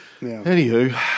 Anywho